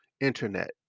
internet